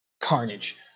carnage